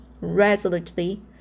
resolutely